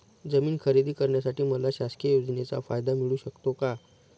जमीन खरेदी करण्यासाठी मला शासकीय योजनेचा फायदा मिळू शकतो का?